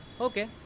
Okay